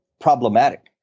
problematic